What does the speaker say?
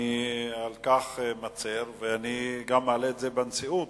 אני מצר על כך ואעלה את זה בנשיאות,